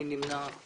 מי נמנע?